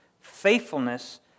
faithfulness